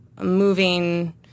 moving